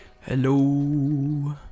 Hello